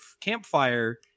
campfire